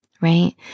right